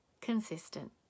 consistent